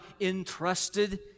entrusted